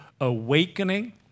awakening